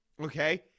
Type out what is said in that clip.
okay